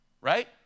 right